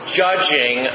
judging